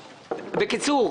בקיצור,